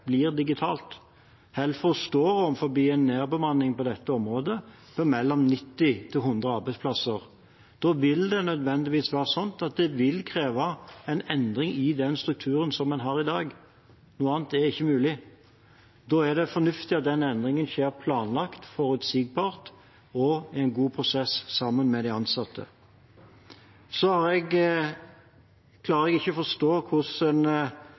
blir digitalt. Helfo står overfor en nedbemanning på dette området med mellom 90 og 100 arbeidsplasser. Da vil det nødvendigvis kreve en endring i den strukturen som en har i dag. Noe annet er ikke mulig. Da er det fornuftig at den endringen skjer planlagt, forutsigbart og i en god prosess sammen med de ansatte. Så klarer jeg ikke forstå hvordan en